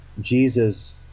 Jesus